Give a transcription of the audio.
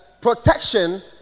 protection